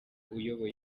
uyoboye